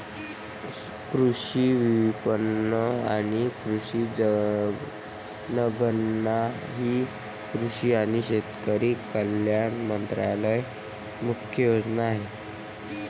कृषी विपणन आणि कृषी जनगणना ही कृषी आणि शेतकरी कल्याण मंत्रालयाची मुख्य योजना आहे